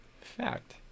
Fact